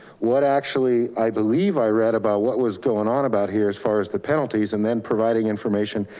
what actually, i believe i read about what was going on about here, as far as the penalties and then providing information,